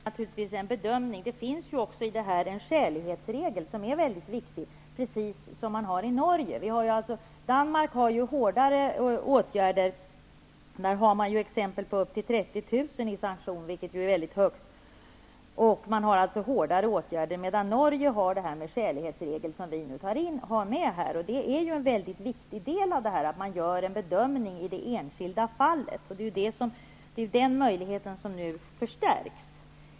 Herr talman! Det är naturligtvis en bedömning. Det finns i detta sammanhang även en skälighetsregel, precis som i Norge, som är mycket viktig. I Danmark har man hårdare åtgärder. Där har man sanktioner på upp till 30 000 kr., vilket är mycket högt. I Norge har man alltså en skälighetsregel, vilket vi nu har med. Det är en mycket viktig del att man gör en bedömning i det enskilda fallet. Det är den möjligheten som nu förstärks.